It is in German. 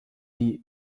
die